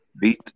beat